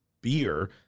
beer